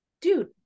dude